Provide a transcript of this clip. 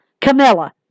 Camilla